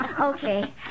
Okay